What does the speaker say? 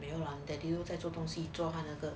没有 lah daddy 在做东西做还那个